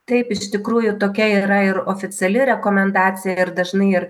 taip iš tikrųjų tokia yra ir oficiali rekomendacija ir dažnai ir